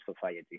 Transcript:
society